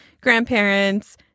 grandparents